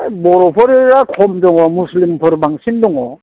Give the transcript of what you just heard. बर'फोरा खम दङ मुस्लिमफोरा बांसिन दङ